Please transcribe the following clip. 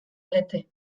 lete